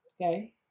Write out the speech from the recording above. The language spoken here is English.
Okay